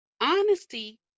Honesty